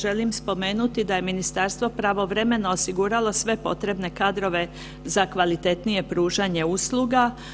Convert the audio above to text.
Želim spomenuti da je ministarstvo pravovremeno osiguralo sve potrebne kadrove za kvalitetnije pružanje usluga.